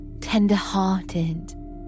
tender-hearted